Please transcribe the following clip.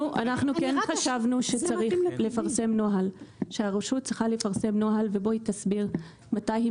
אנחנו כן חשבנו שהרשות צריכה לפרסם נוהל ובו היא תסביר מתי היא